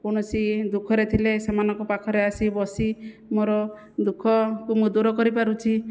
କୌଣସି ଦୁଃଖରେ ଥିଲେ ସେମାନଙ୍କ ପାଖରେ ଆସି ବସି ମୋର ଦୁଃଖକୁ ମୁଁ ଦୂର କରିପାରୁଛି